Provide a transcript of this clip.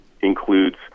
includes